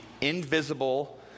invisible